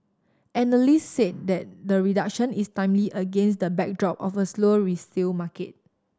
analysts said that the reduction is timely against the backdrop of a slow resale market